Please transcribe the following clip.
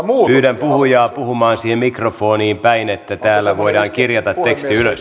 pyydän puhujaa puhumaan mikrofoniin päin että täällä voidaan kirjata teksti ylös